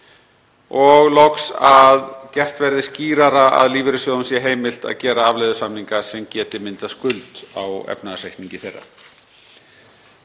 c. Að gert verði skýrara að lífeyrissjóðum sé heimilt að gera afleiðusamninga sem geti myndað skuld á efnahagsreikningi þeirra.